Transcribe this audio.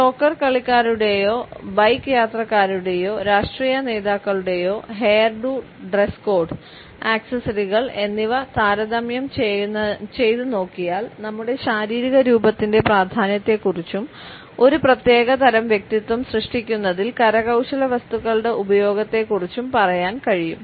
soccer കളിക്കാരുടെയോ bike യാത്രക്കാരുടെയോ രാഷ്ട്രീയ നേതാക്കളുടെയോ ഹെയർ ഡൂ ഡ്രസ് കോഡ് ആക്സസറികൾ എന്നിവ താരതമ്യം ചെയ്തുനോക്കിയാൽ നമ്മുടെ ശാരീരിക രൂപത്തിന്റെ പ്രാധാന്യത്തെക്കുറിച്ചും ഒരു പ്രത്യേക തരം വ്യക്തിത്വം സൃഷ്ടിക്കുന്നതിൽ കരകൌശല വസ്തുക്കളുടെ ഉപയോഗത്തെക്കുറിച്ചും പറയാൻ കഴിയും